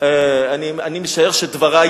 אני משער שזמנך עבר.